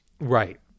Right